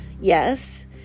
Yes